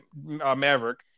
Maverick